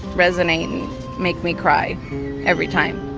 resonate and make me cry every time